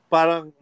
Parang